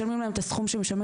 משלמים להם את הסכום שמשלמים.